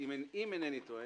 אם אינני טועה,